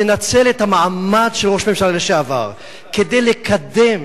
לנצל את המעמד של ראש ממשלה לשעבר כדי לקדם